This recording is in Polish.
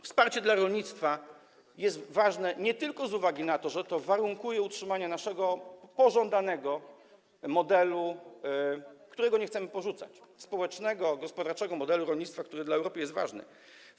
Wsparcie dla rolnictwa jest ważne nie tylko z uwagi na to, że to warunkuje utrzymanie naszego pożądanego modelu, którego nie chcemy porzucać, społecznego, gospodarczego modelu rolnictwa, który jest ważny dla Europy.